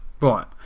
right